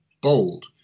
bold